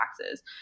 taxes